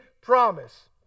promise